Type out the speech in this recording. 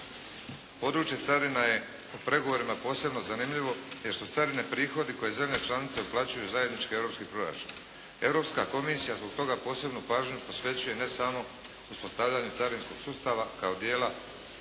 Područje carina je po pregovorima posebno zanimljivo jer su carine prihodi koje zemlje članice uplaćuju zajednički u europski proračun. Europska Komisija zbog toga posebnu pažnju posvećuje ne samo uspostavljanju carinskog sustava kao dijela